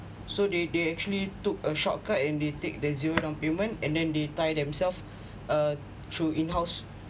so they they actually took a shortcut and they take the zero down payment and then they tie themselves uh through in house